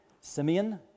Simeon